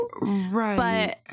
Right